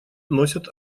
носят